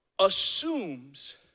assumes